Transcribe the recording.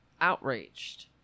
outraged